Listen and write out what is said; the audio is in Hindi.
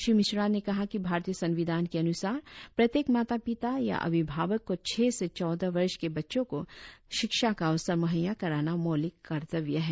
श्री मिश्रा ने कहा कि भारतीय संविधान के अनुसार प्रत्येक माता पिता या अभिभावक को छह से चौदह वर्ष के बच्चों को शिक्षा का अवसर मुहैया कराना मौलिक कर्तव्य है